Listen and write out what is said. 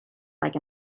like